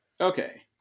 Okay